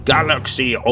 Galaxy